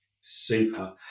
super